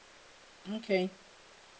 okay